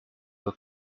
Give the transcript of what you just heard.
will